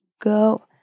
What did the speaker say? go